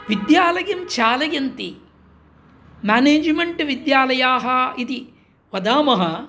विद्यालयं चालयन्ति मेनेज्मेन्ट् विद्यालयाः इति वदामः